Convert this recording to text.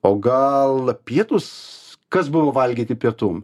o gal pietūs kas buvo valgyti pietum